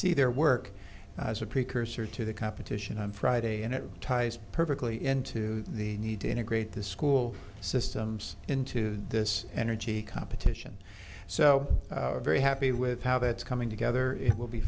see their work as a precursor to the competition on friday and it ties perfectly into the need to integrate the school systems into this energy competition so very happy with how it's coming together it will be